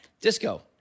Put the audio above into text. Disco